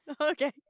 Okay